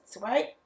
right